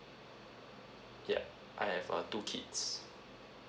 yeah I have uh two kids